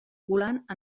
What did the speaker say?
volant